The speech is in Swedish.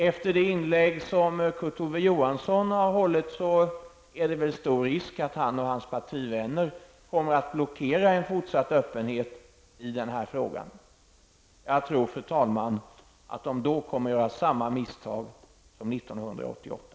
Efter det inlägg som Kurt Ove Johansson har hållit är det väl stor risk att han och hans partivänner kommer att blockera en fortsatt öppenhet i den här frågan. Jag tror, fru talman, att man då kommer att göra samma misstag som 1988.